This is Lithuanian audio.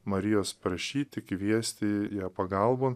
marijos prašyti kviesti ją pagalbon